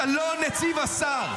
אתה לא נציב השר.